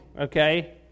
okay